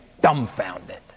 dumbfounded